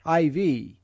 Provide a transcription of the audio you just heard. IV